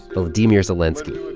volodymyr zelenskiy,